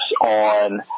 on